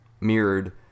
mirrored